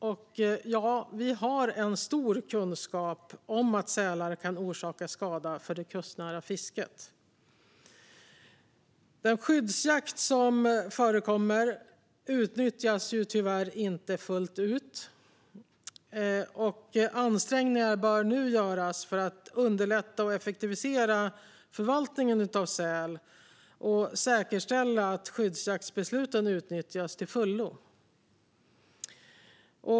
Det finns visserligen stor kunskap om att sälar kan orsaka skada för det kustnära fisket, men den skyddsjakt som förekommer utnyttjas tyvärr inte fullt ut. Ansträngningar bör nu göras för att underlätta och effektivisera förvaltningen av säl och säkerställa att skyddsjaktsbesluten utnyttjas till fullo.